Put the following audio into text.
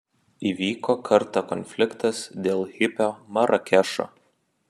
įvyko kartą konfliktas dėl hipio marakešo